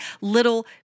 little